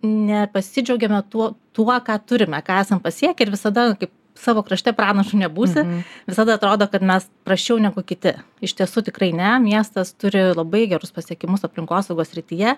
ne pasidžiaugiame tuo tuo ką turime ką esam pasiekę ir visada kaip savo krašte pranašu nebūsi visada atrodo kad mes prasčiau negu kiti iš tiesų tikrai ne miestas turi labai gerus pasiekimus aplinkosaugos srityje